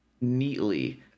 neatly